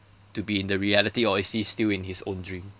to be in the reality or is he still in his own dream